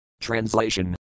Translation